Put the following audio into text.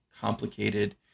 complicated